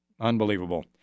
Unbelievable